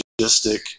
logistic